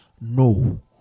No